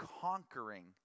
conquering